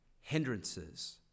hindrances